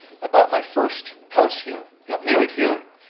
i bought my first house here, got married here,